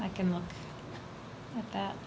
i can look at what